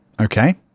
Okay